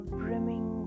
brimming